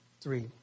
three